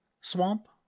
Swamp